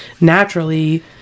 naturally